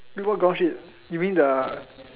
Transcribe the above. put more ground sheet you mean the